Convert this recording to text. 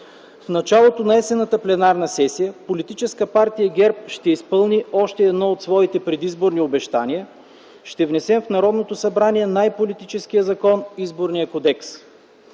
В началото на Есенната пленарна сесия политическа партия ГЕРБ ще изпълни още едно от своите предизборни обещания, ще внесе в Народното събрание най-политическия закон – Изборният кодекс.